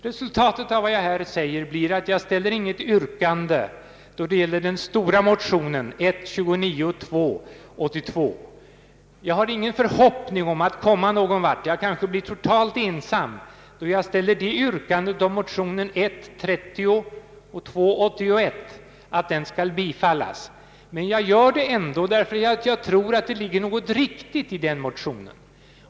Resultatet av vad jag här anfört blir att jag inte ställer något yrkande beträffande den stora motionen, I: 29 och II: 82. Jag har heller ingen förhoppning att komma någon vart — jag kanske blir totalt ensam — då jag ställer yrkandet att motionerna 1:30 och II: 81 måtte bifallas, men jag gör det ändå därför att jag tror att det ligger något riktigt i den motionen.